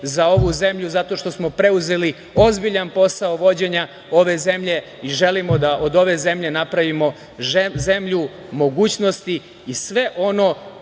za ovu zemlju, zato što smo preuzeli ozbiljan posao vođenja ove zemlje i želimo da od ove zemlje napravimo zemlju mogućnosti i sve ono